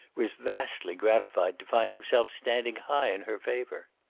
was vastly gratified to find himself standing high in her favor.